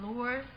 Lord